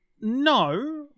No